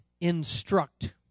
instruct